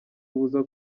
abuza